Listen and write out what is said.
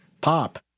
pop